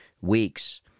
weeks